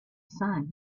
sun